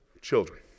children